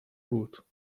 بود